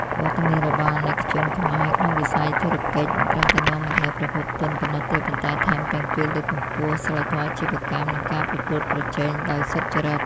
វត្តមានរបស់អាណិកជនខ្មែរក្នុងវិស័យធុរកិច្ច មិនត្រឹមតែនាំមកនូវប្រភពទុនប៉ុណ្ណោះទេ ប៉ុន្តែថែមទាំងជួយលើកកម្ពស់ សីលធម៌អាជីវកម្ម និងការប្រកួតប្រជែងដោយសុច្ចរិត។